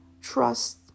trust